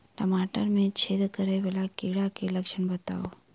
टमाटर मे छेद करै वला कीड़ा केँ लक्षण बताउ?